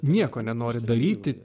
nieko nenoriu daryti